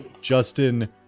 Justin